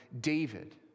David